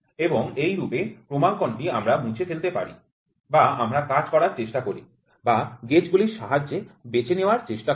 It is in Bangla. এবং এইরূপে ক্রমাঙ্কনটি আমরা মুছে ফেলাতে পারি বা আমরা কাজ করার চেষ্টা করি বা গেজগুলির সাহায্যে বেছে নেওয়ার চেষ্টা করি